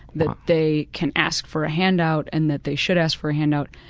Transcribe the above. that they can ask for a hand-out and that they should ask for a hand-out,